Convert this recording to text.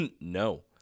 no